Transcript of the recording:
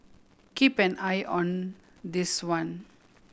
keep an eye on this one